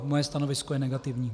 Moje stanovisko je negativní.